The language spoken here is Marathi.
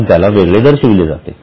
म्हणून त्याला वेगळे दर्शविले जाते